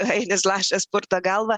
ainis lašas purto galvą